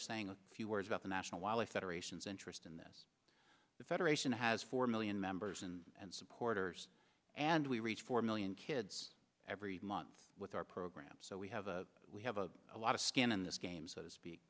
saying a few words about the national wildlife federation's interest in this the federation has four million members and supporters and we reach four million kids every month with our program so we have a we have a lot of skin in this game so to speak